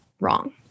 wrong